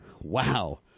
wow